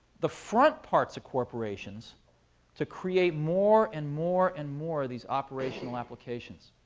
the front parts of corporations to create more and more and more of these operational applications.